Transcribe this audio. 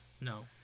No